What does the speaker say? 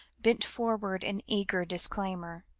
bent forward in eager disclaimer.